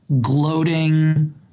gloating